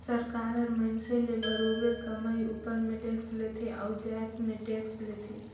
सरकार हर मइनसे ले बरोबेर कमई उपर में टेक्स लेथे अउ जाएत में टेक्स लेथे